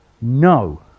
No